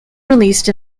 released